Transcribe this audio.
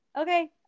Okay